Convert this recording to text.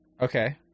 Okay